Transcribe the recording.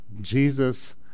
Jesus